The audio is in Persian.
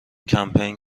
کمپین